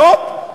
והופ,